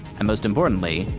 and most importantly,